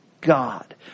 God